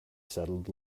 settled